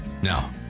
Now